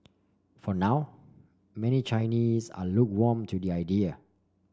for now many Chinese are lukewarm to the idea